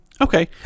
Okay